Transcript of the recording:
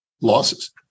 losses